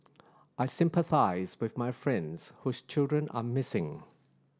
I sympathise with my friends whose children are missing